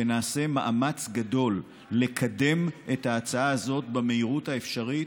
שנעשה מאמץ גדול לקדם את ההצעה הזאת במהירות האפשרית,